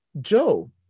joe